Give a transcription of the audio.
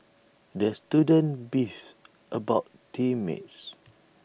the student beefed about team mates